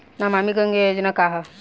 नमामि गंगा योजना का ह?